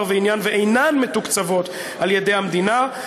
ועניין ואינן מתוקצבות על-ידי המדינה.